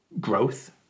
growth